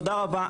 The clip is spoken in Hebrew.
תודה רבה.